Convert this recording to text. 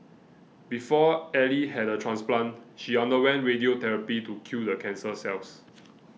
before Ally had a transplant she underwent radiotherapy to kill the cancer cells